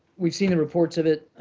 we've seen the reports of it.